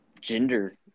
gender